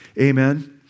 amen